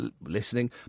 listening